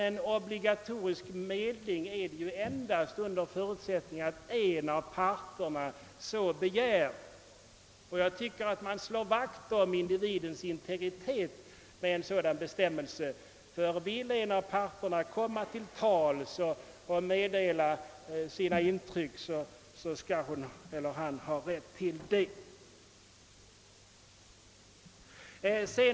Men obligatorisk medling skulle det endast bli under förutsättning att en av parterna begär den. Jag tycker att man slår vakt om individens integritet med en sådan bestämmelse. Vill en av parterna komma till tals för att meddela sina intryck skall hon eller han ha rätt till det.